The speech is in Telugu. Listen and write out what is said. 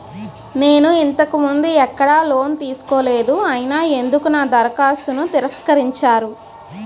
నేను ఇంతకు ముందు ఎక్కడ లోన్ తీసుకోలేదు అయినా ఎందుకు నా దరఖాస్తును తిరస్కరించారు?